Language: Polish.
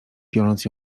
biorąc